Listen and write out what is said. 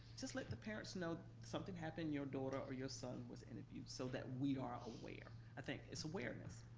just let the parents know something happened, your daughter or your son was interviewed, so that we are aware, i think it's awareness.